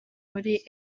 muri